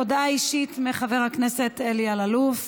הודעה אישית של חבר הכנסת אלי אלאלוף.